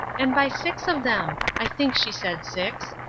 and by six of them! i think she said six.